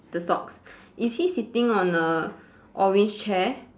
the socks is he sitting on a orange chair